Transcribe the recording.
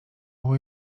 było